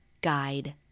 guide